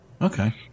Okay